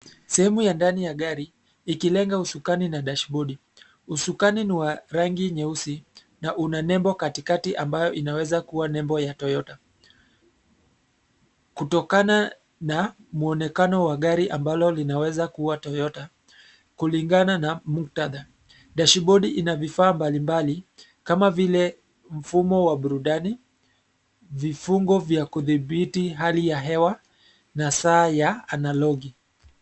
Sehemu ya ndani ya gari ikilenga usukani na dashibodi. Usukani ni wa rangi nyeusi na una nembo katikati ambayo inaweza kuwa nembo ya Toyota, kutokana na muonekano wa gari ambalo linaweza kuwa Toyota. Kulingana na muktadha, dashibodi ina vifaa mbalimbali kama vile mfumo wa burudani, vifungo vya kudhibiti hali ya hewa na saa ya analogi.